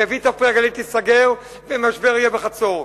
ו"ויטה פרי הגליל" תיסגר ויהיה משבר בחצור.